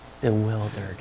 bewildered